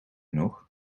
nog